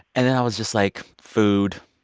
and then, i was just like, food.